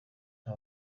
nta